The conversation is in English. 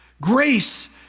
grace